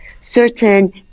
certain